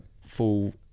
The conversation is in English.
full